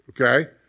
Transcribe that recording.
Okay